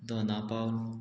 Dona Paula